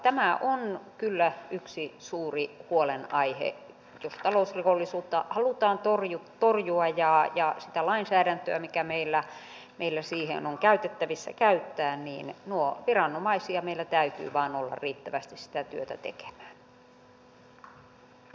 tämä on kyllä yksi suuri huolenaihe jos talousrikollisuutta halutaan torjua ja käyttää sitä lainsäädäntöä mikä meillä siihen on käytettävissä niin viranomaisia meillä täytyy vain olla riittävästi sitä työtä tekemään